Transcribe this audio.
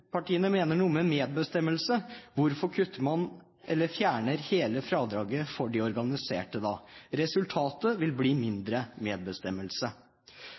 medbestemmelse, hvorfor kutter man eller fjerner hele fradraget for de organiserte da? Resultatet vil bli mindre medbestemmelse.